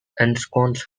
ensconce